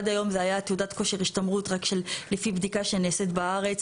עד היום זה היה תעודת כושר השתמרות רק לפי בדיקה שנעשית בארץ.